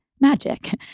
magic